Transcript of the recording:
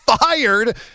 fired